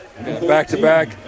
Back-to-back